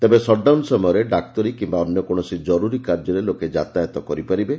ତେବେ ସଟ୍ଡାଉନ ସମୟରେ ଡାକ୍ତରୀ କିମ୍ୟା ଅନ୍ୟ କୌଣସି ଜରୁରୀ କାର୍ଯ୍ୟରେ ଲୋକେ ଯାତାୟତ କରିପାରିବେ